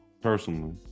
Personally